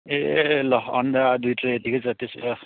ए ल अन्डा दुई ट्रे जत्तिकै छ त्यसोभए